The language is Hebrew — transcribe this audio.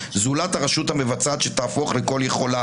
זולת הרשות המבצעת שתהפוך לכל יכולה.